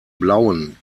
blauen